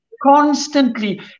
constantly